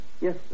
Yes